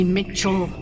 Mitchell